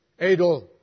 Adol